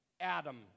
Adam